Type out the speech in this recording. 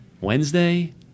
Wednesday